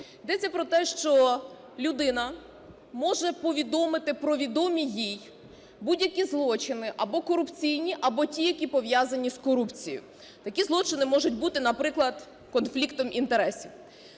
Йдеться про те, що людина може повідомити про відомі їй будь-які злочини або корупційні, або ті, які пов'язані з корупцією. Такі злочини можуть бути, наприклад, конфліктом інтересів.